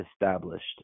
established